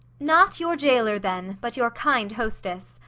not your gaoler then, but your kind hostess.